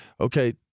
okay